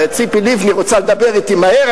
ציפי לבני רוצה לדבר אתי מהר,